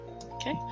Okay